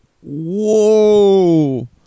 Whoa